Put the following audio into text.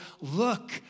look